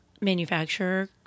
manufacturer